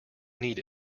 need